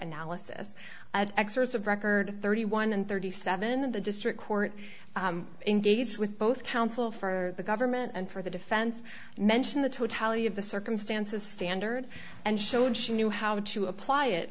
alice's excerpts of record thirty one and thirty seven in the district court in gage with both counsel for the government and for the defense mentioned the totality of the circumstances standard and showed she knew how to apply it